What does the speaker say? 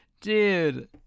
dude